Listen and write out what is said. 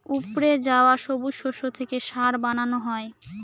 উপড়ে যাওয়া সবুজ শস্য থেকে সার বানানো হয়